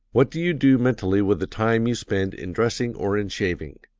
what do you do mentally with the time you spend in dressing or in shaving?